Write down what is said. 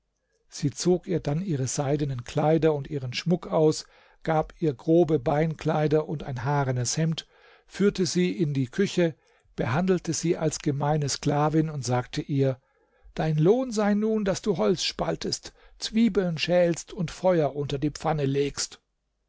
sie zog ihr dann ihre seidenen kleider und ihren schmuck aus gab ihr grobe beinkleider und ein haarenes hemd führte sie in die küche behandelte sie als gemeine sklavin und sagte ihr dein lohn sei nun daß du holz spaltest zwiebeln schälst und feuer unter die pfanne legst